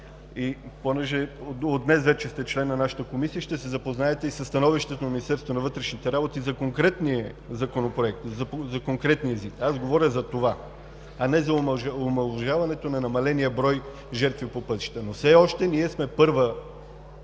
Понеже от днес вече сте член на нашата Комисия, ще се запознаете и със становището на Министерството на вътрешните работи за конкретния ЗИД. Аз говоря за това, а не за омаловажаването на намаления брой жертви по пътищата. Все още ние сме първи